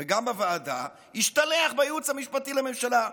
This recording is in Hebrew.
וגם בוועדה, השתלח בייעוץ המשפטי לממשלה.